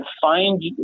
find